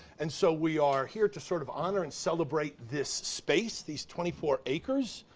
and so we are here to sort of honor and celebrate this space, these twenty four acres,